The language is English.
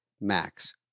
Max